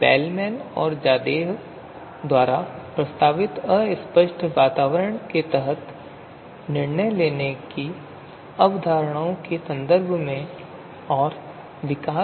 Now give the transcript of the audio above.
bellman और Zadeh द्वारा प्रस्तावित अस्पष्ट वातावरण के तहत निर्णय लेने की अवधारणाओं के संदर्भ में और विकास